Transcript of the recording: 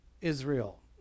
Israel